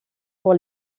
pour